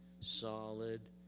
solid